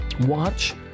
Watch